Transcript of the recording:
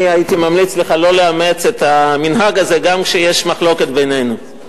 אני הייתי ממליץ לך לא לאמץ את המנהג הזה גם כשיש מחלוקת בינינו.